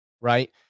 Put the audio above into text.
right